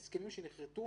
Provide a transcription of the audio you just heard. הסכמים שנכרתו